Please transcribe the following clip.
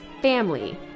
family